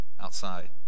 outside